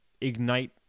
ignite